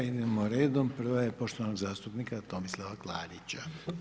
Idemo redom, prva je poštovanog zastupnika Tomislava Klarića.